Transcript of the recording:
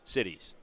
Cities